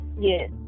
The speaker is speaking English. Yes